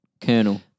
Colonel